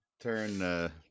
turn